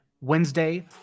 Wednesday